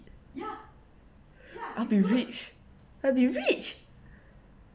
I'll be rich I'll be rich